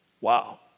Wow